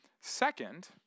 Second